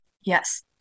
Yes